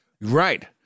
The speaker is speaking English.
Right